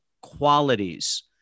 qualities